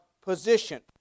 position